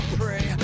pray